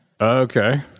Okay